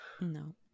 No